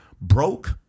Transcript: broke